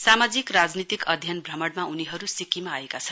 सामाजिक राजनीतिक अध्ययन भ्रमणमा उनीहरू सिक्किम आएका छन्